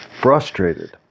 frustrated